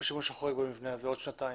השימוש החורג במבנה הזה או בעוד שנתיים